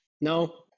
No